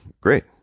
great